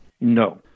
No